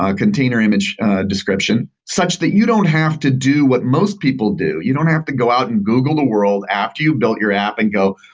ah container image description, such that you don't have to do what most people do. you don't have to go out and google the world after you built your app and go,